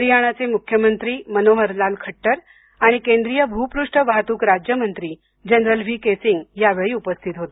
हरियाणाचे मुख्यमंत्री मनोहरलाल खट्टर आणि केंद्रीय भूपृष्ठ वाहतूक राज्यमंत्री जनरल व्ही के सिंग यावेळी उपस्थित होते